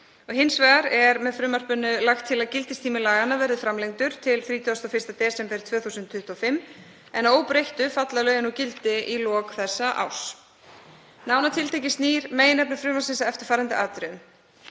Hins vegar er með frumvarpinu lagt til að gildistími laganna verði framlengdur til 31. desember 2025 en að óbreyttu falla lögin úr gildi í lok þessa árs. Nánar tiltekið snýr meginefni frumvarpsins að eftirfarandi atriðum: